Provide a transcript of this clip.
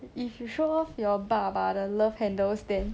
if you show off your baba the love handles then